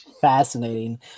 Fascinating